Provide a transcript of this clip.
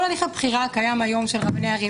כל הליך הבחירה הקיים היום של רבני ערים